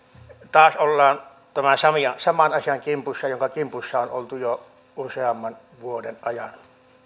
taas ollaan tämän saman asian kimpussa jonka kimpussa on oltu jo useamman vuoden ajan